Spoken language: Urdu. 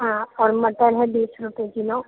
ہاں اور مٹر ہے بیس روپے کلو